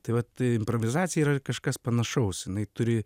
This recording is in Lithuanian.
tai vat improvizacija yra kažkas panašaus jinai turi